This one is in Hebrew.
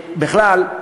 בכלל,